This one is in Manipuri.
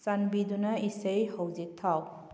ꯆꯥꯟꯕꯤꯗꯨꯅ ꯏꯁꯩ ꯍꯧꯖꯤꯛ ꯊꯥꯎ